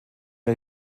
der